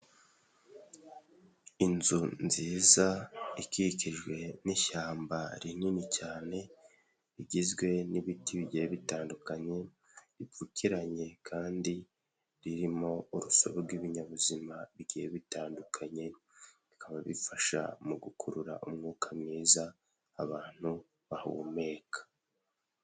Inzu nziza ikikijwe n'ishyamba rinini cyane, rigizwe n'ibiti bigiye bitandukanye, bipfukiranye kandi ririmo urusobe rw'ibinyabuzima bigiye bitandukanye, bikaba bifasha mu gukurura umwuka mwiza abantu bahumeka.